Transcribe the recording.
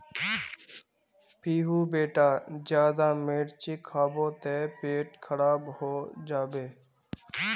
पीहू बेटा ज्यादा मिर्च खाबो ते पेट खराब हों जाबे